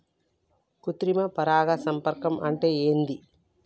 కృత్రిమ పరాగ సంపర్కం అంటే ఏంది?